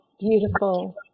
Beautiful